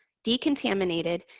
decontaminated,